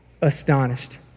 astonished